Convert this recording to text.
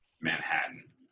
manhattan